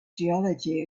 geology